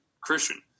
christian